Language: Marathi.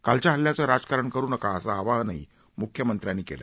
कालच्या हल्ल्याचं राजकारण करू नका असं आवाहनही मुख्यमंत्र्यांनी केलं